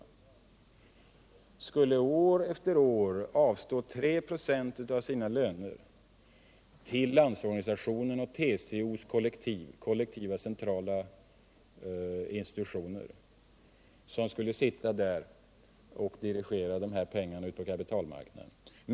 Dessa skulle år efter år avstå 3 26 av sina löner till Landsorganisationens och TCO:s kollektiva centrala institutioner, vilka sedan skulle dirigera ut pengarna på kapitalmarknaden.